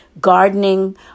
gardening